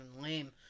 lame